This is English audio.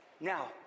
Now